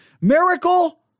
miracle